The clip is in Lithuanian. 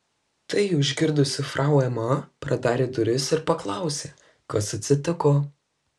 tai užgirdusi frau ema pradarė duris ir paklausė kas atsitiko